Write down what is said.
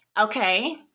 Okay